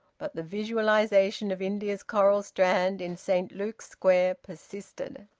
but the visualisation of india's coral strand in saint luke's square persisted.